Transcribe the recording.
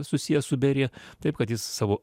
susijęs su berija taip kad jis savo